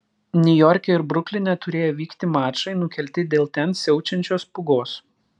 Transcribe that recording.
niujorke ir brukline turėję vykti mačai nukelti dėl ten siaučiančios pūgos